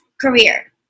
career